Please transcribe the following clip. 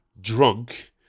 drunk